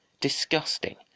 disgusting